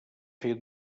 fer